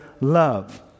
love